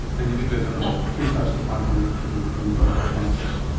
and you did that on about three thousand five hundred people with rheumatoid arthritis.